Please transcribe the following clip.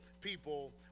people